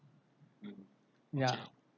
ya